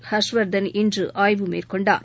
ஷர்ஷ்வர்தன் இன்றுஆய்வு மேற்கொண்டார்